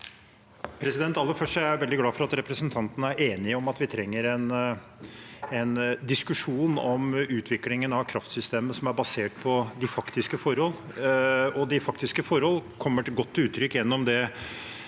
først er jeg veldig glad for at representanten er enig i at vi trenger en diskusjon om utviklingen av kraftsystemet basert på de faktiske forhold. De faktiske forhold kommer godt til uttrykk gjennom